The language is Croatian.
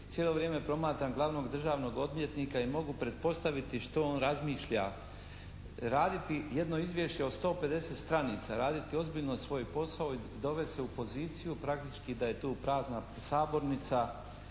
Cijelo vrijeme promatram glavnog državnog odvjetnika i mogu pretpostaviti što on razmišlja. Raditi jedno izvješće od 150 stranica, raditi ozbiljno svoj posao i dovest se u poziciju praktički da je tu prazna sabornica